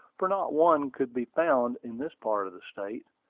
for not one could be found in this part of the state,